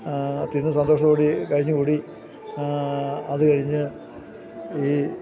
തിന്ന് സന്തോഷത്തോടുകൂടി കഴിഞ്ഞുകൂടി അതുകഴിഞ്ഞ് ഈ